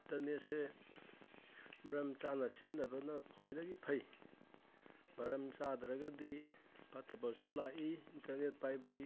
ꯏꯟꯇꯔꯅꯦꯠꯁꯦ ꯃꯔꯝ ꯆꯥꯅ ꯁꯤꯖꯤꯟꯅꯕꯅ ꯈ꯭ꯋꯥꯏꯗꯒꯤ ꯐꯩ ꯃꯔꯝ ꯆꯥꯗ꯭ꯔꯒꯗꯤ ꯐꯠꯇꯕꯁꯨ ꯂꯥꯛꯏ ꯏꯟꯇꯔꯅꯦꯠ ꯄꯥꯏꯕꯒꯤ